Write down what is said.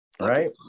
Right